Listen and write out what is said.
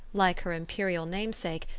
like her imperial namesake,